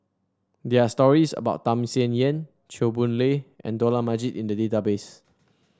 there are stories about Tham Sien Yen Chew Boon Lay and Dollah Majid in the database